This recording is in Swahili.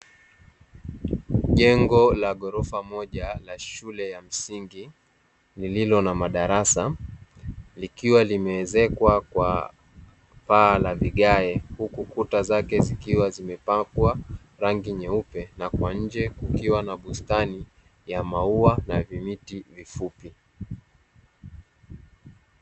Jengo la ghorofa moja la shule ya msingi lililo na madarasa, likiwa limeezekwa kwa paa la vigae huku kuta zake zikiwa zimepakwa rangi nyeupe na kwa nje kukiwa na bustani ya maua na vimiti vifupi.